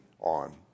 on